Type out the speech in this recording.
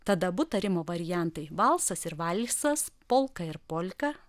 tad abu tarimo variantai valsas ir valsas polka ir polka